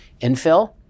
infill